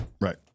right